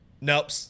nope